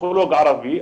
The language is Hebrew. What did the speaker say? פסיכולוג ערבי,